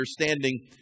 understanding